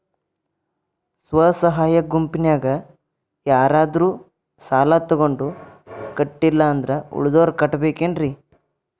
ಸ್ವ ಸಹಾಯ ಗುಂಪಿನ್ಯಾಗ ಯಾರಾದ್ರೂ ಸಾಲ ತಗೊಂಡು ಕಟ್ಟಿಲ್ಲ ಅಂದ್ರ ಉಳದೋರ್ ಕಟ್ಟಬೇಕೇನ್ರಿ?